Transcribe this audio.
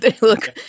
look